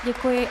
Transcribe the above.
Děkuji.